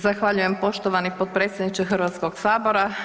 Zahvaljujem poštovani potpredsjedniče Hrvatskog sabora.